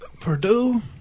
Purdue